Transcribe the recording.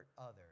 others